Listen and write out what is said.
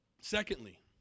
Secondly